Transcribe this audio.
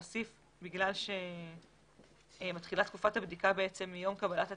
בגלל שתקופת הבדיקה מתחילה מיום קבלת התצהיר,